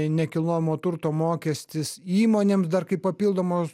nekilnojamo turto mokestis įmonėms dar kaip papildomos